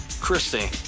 Christy